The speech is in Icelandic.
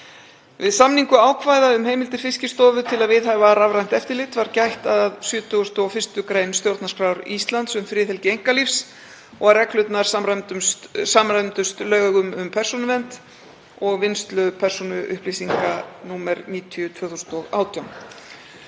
Við samningu ákvæða um heimildir Fiskistofu til að viðhafa rafrænt eftirlit var gætt að 71. gr. stjórnarskrár Íslands um friðhelgi einkalífs og að reglurnar samræmdust lögum um persónuvernd og vinnslu persónuupplýsinga, nr. 90/2018.